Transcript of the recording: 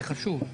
זה חשוב.